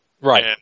right